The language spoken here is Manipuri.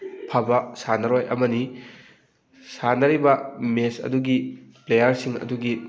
ꯐꯕ ꯁꯥꯟꯅꯔꯣꯏ ꯑꯃꯅꯤ ꯁꯥꯟꯅꯤꯔꯕ ꯃꯦꯠꯆ ꯑꯗꯨꯒꯤ ꯄ꯭ꯂꯦꯌꯔꯁꯤꯡ ꯑꯗꯨꯒꯤ